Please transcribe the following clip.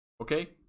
okay